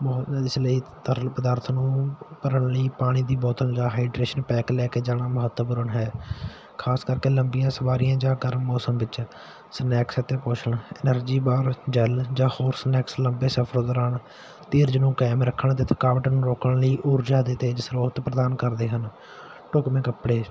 ਇਸ ਲਈ ਤਰਲ ਪਦਾਰਥ ਨੂੰ ਭਰਨ ਲਈ ਪਾਣੀ ਦੀ ਬੋਤਲ ਜਾਂ ਹਾਈਡਰੇਸ਼ਨ ਪੈਕ ਲੈ ਕੇ ਜਾਣਾ ਮਹੱਤਵਪੂਰਨ ਹੈ ਖਾਸ ਕਰਕੇ ਲੰਬੀਆਂ ਸਵਾਰੀਆਂ ਜਾਂ ਗਰਮ ਮੌਸਮ ਵਿੱਚ ਸਨੈਕ ਇੱਥੇ ਮੋਸ਼ਨ ਐਨਰਜੀ ਬਾਹਰ ਜੈਲ ਜਾਂ ਹੋਰ ਸਨੈਕਸ ਲੰਬੇ ਸਫਰ ਦੌਰਾਨ ਧੀਰਜ ਨੂੰ ਕਾਇਮ ਰੱਖਣ ਅਤੇ ਥਕਾਣ ਨੂੰ ਰੋਕਣ ਲਈ ਊਰਜਾ ਦੇ ਅਤੇ ਸਰੋਤ ਪ੍ਰਧਾਨ ਕਰਦੇ ਹਨ ਢੁੱਕਵੇਂ ਕੱਪੜੇ